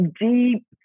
deep